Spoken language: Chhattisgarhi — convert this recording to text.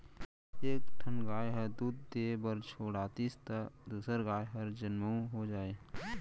एक ठन गाय ह दूद दिये बर छोड़ातिस त दूसर गाय हर जनमउ हो जाए